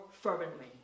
fervently